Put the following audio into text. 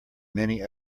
many